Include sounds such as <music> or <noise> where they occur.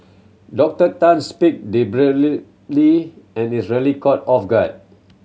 Doctor Tan speak <unintelligible> and rarely caught off guard